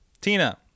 Tina